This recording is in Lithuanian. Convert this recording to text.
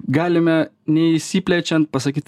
galime neišsiplečian pasakyt